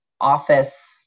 office